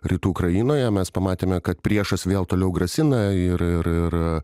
rytų ukrainoje mes pamatėme kad priešas vėl toliau grasina ir ir ir